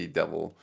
devil